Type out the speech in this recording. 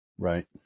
Right